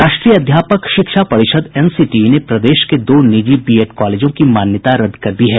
राष्ट्रीय अध्यापक शिक्षा परिषद एनसीटीई ने प्रदेश के दो निजी बीएड कॉलेजों की मान्यता रदद कर दी है